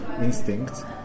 instinct